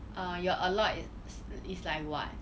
err your a lot is is like what